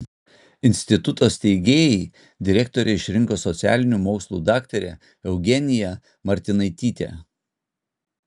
instituto steigėjai direktore išrinko socialinių mokslų daktarę eugeniją martinaitytę